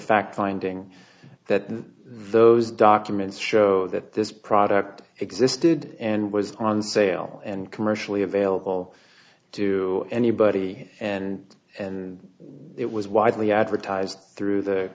fact finding that those documents show that this product existed and was on sale and commercially available to anybody and and it was widely advertised through the